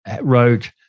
wrote